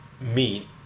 meet